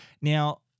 Now